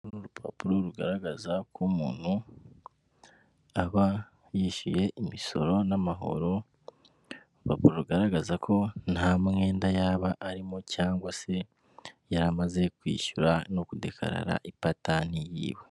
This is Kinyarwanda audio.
Ni urupapuro rugaragaza ko umuntu aba yishyuye imisoro n’amahoro, rugaragaza ko nta mwenda yaba arimo cyangwa se yaramaze kwishyura no kudekarara ipatanti yiwe.